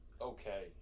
okay